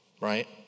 right